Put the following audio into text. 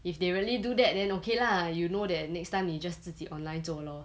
if they really do that then okay lah you know that next time you just 自己 online 做 lor